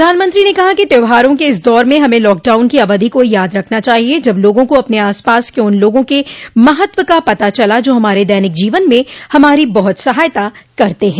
प्रधानमंत्री ने कहा कि त्यौहारों के इस दौर में हमें लॉकडाउन की अवधि को याद रखना चाहिए जब लोगों को अपने आसपास के उन लोगों के महत्व का पता चला जो हमारे दैनिक जीवन में हमारी बहुत सहायता करते हैं